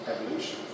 evolution